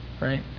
right